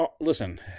Listen